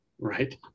Right